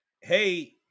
hey